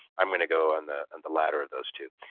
i'm going to go on the and the latter of those two.